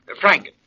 Frank